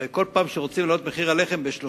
הרי בכל פעם שרוצים להעלות את מחיר הלחם ב-3%,